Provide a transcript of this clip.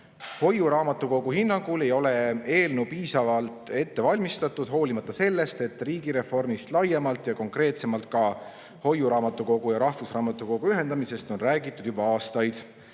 Hoiuraamatukogu hinnangul ei ole eelnõu piisavalt ette valmistatud, hoolimata sellest, et laiemalt riigireformist ning konkreetsemalt ka hoiuraamatukogu ja rahvusraamatukogu ühendamisest on räägitud juba aastaid.